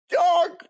dog